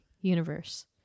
universe